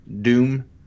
Doom